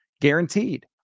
Guaranteed